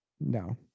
No